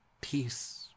peace